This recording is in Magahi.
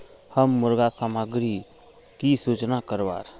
हम मुर्गा सामग्री की सूचना करवार?